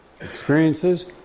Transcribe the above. experiences